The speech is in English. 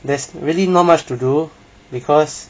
there's really not much to do cause